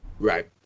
Right